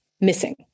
missing